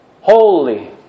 Holy